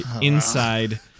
inside